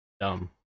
Dumb